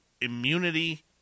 immunity